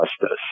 justice